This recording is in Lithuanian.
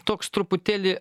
toks truputėlį